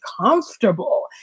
comfortable